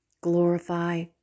glorify